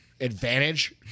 advantage